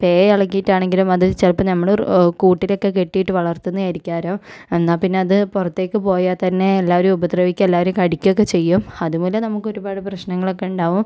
പേ എളകീട്ടാണെങ്കിലും അത് ചിലപ്പോൾ നമ്മള് ഓ കൂട്ടിലൊക്കെ കെട്ടി ഇട്ട് വളർത്തുന്ന ആയിരിക്കാലും എന്നാൽ പിന്നെ അത് പുറത്തേക്ക് പോയാൽ തന്നെ എല്ലാവരും ഉപദ്രവിക്കും എല്ലാവരും കടിക്കൊക്കെ ചെയ്യും അത്പോലെ നമുക്ക് ഒരുപാട് പ്രശ്നങ്ങളൊക്കെ ഉണ്ടാകും